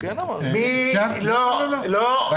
רק